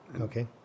Okay